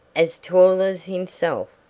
as tall as himself,